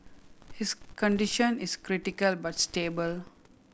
his condition is critical but stable